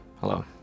Hello